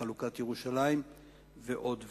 חלוקת ירושלים ועוד ועוד.